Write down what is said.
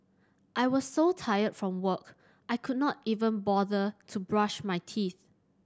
I was so tired from work I could not even bother to brush my teeth